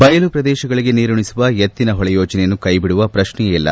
ಬಯಲು ಪ್ರದೇಶಗಳಿಗೆ ನೀರುಣಿಸುವ ಎತ್ತಿನಹೊಳೆ ಯೋಜನೆಯನ್ನು ಕೈಬಿಡುವ ಪ್ರಕ್ಷೆಯೇ ಇಲ್ಲ